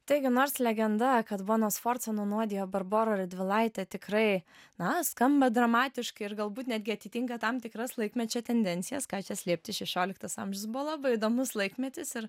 taigi nors legenda kad bona sforza nunuodijo barborą radvilaitę tikrai na skamba dramatiškai ir galbūt netgi atitinka tam tikras laikmečio tendencijas ką čia slėpti šešioliktas amžius buvo labai įdomus laikmetis ir